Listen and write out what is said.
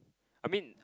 I mean